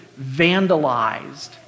vandalized